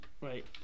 Right